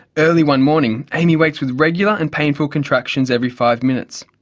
early one morning amy wakes with regular and painful contractions every five minutes.